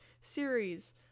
series